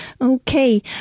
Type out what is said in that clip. Okay